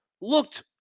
looked